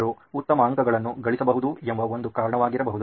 ಅವರು ಉತ್ತಮ ಅಂಕಗಳನ್ನು ಗಳಿಸಬಹುದು ಎಂಬ ಒಂದು ಕಾರಣವಾಗಿರಬಹುದು